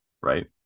right